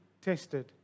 tested